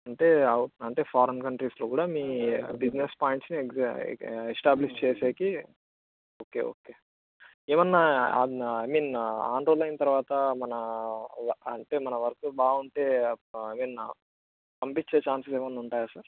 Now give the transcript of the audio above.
అంటే అవు అంటే ఫారెన్ కంట్రీస్లో కూడా మీ బిజినెస్ పాయింట్స్ని ఎగ్జ్ ఎస్టాబ్లిష్ చేసాక ఓకే ఓకే ఏమైనా ఐ మీన్ ఆందోళనైన తర్వాత మన అంటే మన వర్క్ బాగుంటే ఐ మీన్ పంపించే ఛాన్స్లేమైనా ఉంటాయా సార్